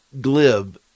glib